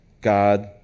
God